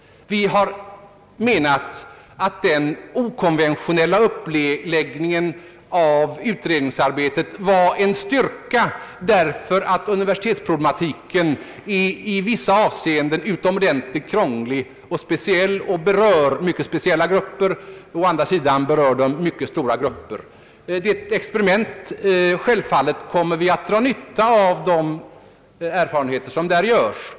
Vi har menat att den okonventionella uppläggningen av utredningsarbetet var en styrka därför att universitetsproblematiken i vissa avseenden är utomordentligt krånglig och berör mycket speciella grupper. Å andra sidan berör den mycket stora grupper. Det är ett experiment. Självfallet kommer vi att dra nytta av de erfarenheter som där görs.